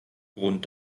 grund